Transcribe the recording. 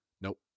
Nope